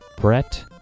Brett